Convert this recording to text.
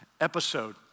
episode